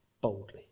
boldly